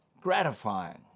gratifying